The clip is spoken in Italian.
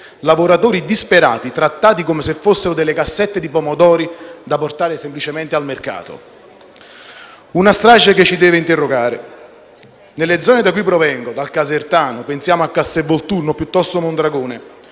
lavoratori disperati trattati come se fossero delle cassette di pomodori da portare semplicemente al mercato. È una strage che ci deve interrogare. Nelle zone da cui provengo, nel casertano - pensiamo a Castel Volturno o a Mondragone